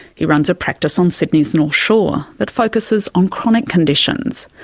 he runs a practice on sydney's north shore that focuses on chronic conditions.